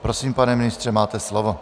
Prosím, pane ministře, máte slovo.